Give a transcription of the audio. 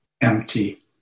empty